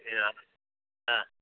जी हाँ हाँ